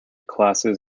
classes